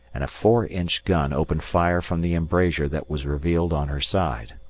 and a four inch gun opened fire from the embrasure that was revealed on her side.